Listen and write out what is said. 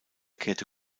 kehrte